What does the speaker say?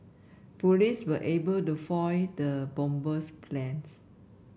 police were able to foil the bomber's plans